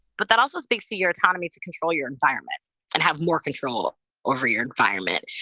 but that also speaks to your autonomy to control your environment and have more control over your environment.